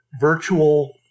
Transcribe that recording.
virtual